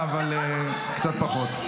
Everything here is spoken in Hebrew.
אבל קצת פחות,